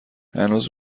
هنوز